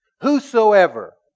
Whosoever